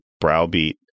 browbeat